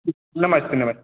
ठी नमस्ते नमस्ते